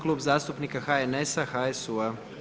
Klub zastupnika HNS-a, HSU-a.